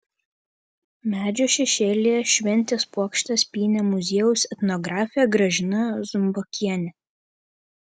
medžio šešėlyje šventės puokštes pynė muziejaus etnografė gražina žumbakienė